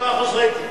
97% רייטינג.